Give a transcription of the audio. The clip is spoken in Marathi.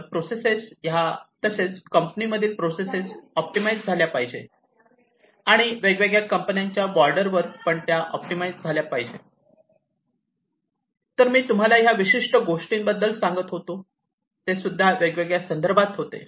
तर प्रोसेसेस ह्या कंपनीमध्ये ऑप्टिमाइझ झाल्या पाहिजे आणि वेगवेगळ्या कंपन्यांच्या बॉर्डरवर पण त्या ऑप्टिमाइझ झाल्या पाहिजे तर आधी मी तुम्हाला ह्या विशिष्ट गोष्टीबद्दल सांगत होते ते सुद्धा वेगळ्या संदर्भात होते